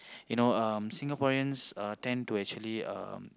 you know um Singaporeans uh tend to actually um